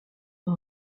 par